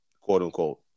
quote-unquote